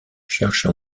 cherche